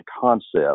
concept